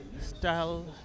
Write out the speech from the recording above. style